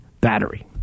battery